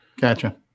gotcha